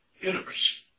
universe